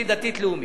היא דתית לאומית.